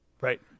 Right